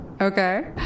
Okay